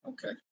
Okay